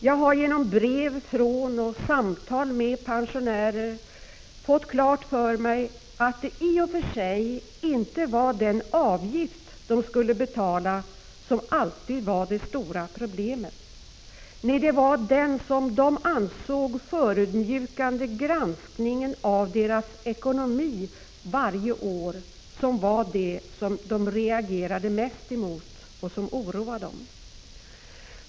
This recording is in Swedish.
Jag har genom brev från och samtal med pensionärer fått klart för mig att det i och för sig inte var den avgift de skulle betala som alltid var det stora problemet för pensionärerna. Nej, det var den enligt deras uppfattning förödmjukande granskningen av deras ekonomi varje år som de reagerade mest emot och som oroade dem.